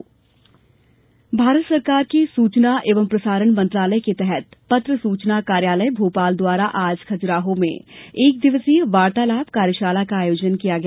वार्तालाप कार्यशाला भारत सरकार के सूचना एवं प्रसारण मंत्रालय के तहत पत्र सूचना कार्यालय भोपाल द्वारा आज खजुराहों में एक दिवसीय वार्तालाप कार्यशाला का आयोजन किया गया